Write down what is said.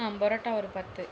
பரோட்டா ஒரு பத்து